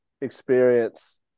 experience